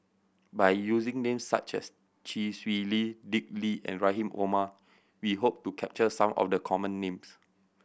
by using names such as Chee Swee Lee Dick Lee and Rahim Omar we hope to capture some of the common names